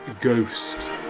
ghost